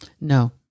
No